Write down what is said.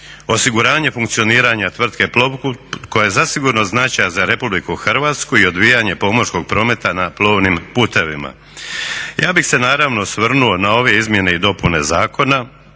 osiguranje funkcioniranja tvrtke Plovput koja je zasigurno značajna za Republiku Hrvatsku i odvijanje pomorskog prometa na plovnim putevima. Ja bih se naravno osvrnuo na ove izmjene i dopune zakona,